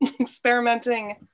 experimenting